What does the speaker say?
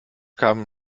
kamen